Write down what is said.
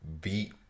beat